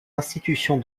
institutions